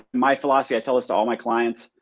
my philosophy. i tell this to all my clients.